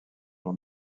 jean